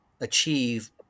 achieve